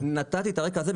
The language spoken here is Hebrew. נתתי את הרקע הזה,